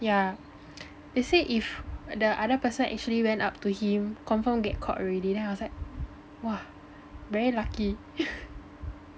yeah they said if the other person actually went up to him confirm get caught already then I was like !wah! very lucky